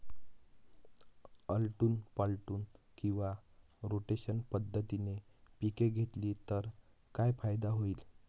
आलटून पालटून किंवा रोटेशन पद्धतीने पिके घेतली तर काय फायदा होईल?